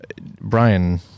Brian